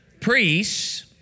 priests